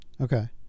Okay